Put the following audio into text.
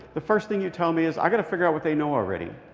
the first thing you tell me is, i got to figure out what they know already.